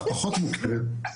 פחות מוכרת,